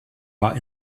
war